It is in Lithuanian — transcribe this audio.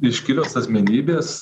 iškilios asmenybės